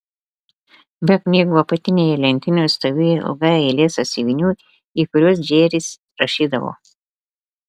be knygų apatinėje lentynoje stovėjo ilga eilė sąsiuvinių į kuriuos džeris rašydavo